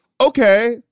okay